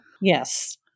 Yes